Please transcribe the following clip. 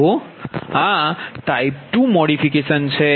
તો આ type 2 modification છે